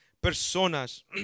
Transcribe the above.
personas